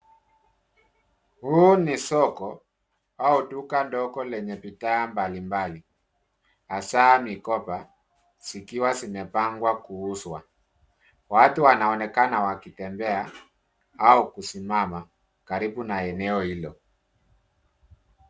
Huu ni soko au duka dogo lenye bidhaa mbalimbali hasa mikoba zikiwa zimepangwa kuuzwa. Watu wanaonekana wakitembea au kusimama karibu na eneo hilo.